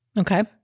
Okay